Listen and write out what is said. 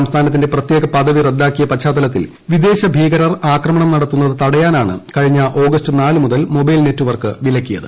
സംസ്ഥാനത്തിന്റെ പ്രത്യേക പദവി റദ്ദാക്കിയ പശ്ചാത്തലത്തിൽ വിദേശ ഭീകരർ ആക്രമണം നടത്തുന്നത് തടയാനാണ് കഴിഞ്ഞ ആഗസ്റ്റ് നാല് മുതൽ മൊബൈൽ നെറ്റ് വർക്ക് വിലക്കിയത്